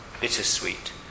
bittersweet